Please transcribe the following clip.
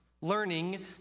learning